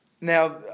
now